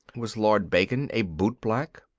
was lord bacon a bootblack?